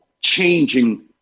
changing